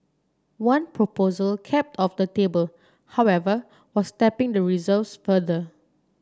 one proposal kept off the table however was tapping the reserves further